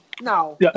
No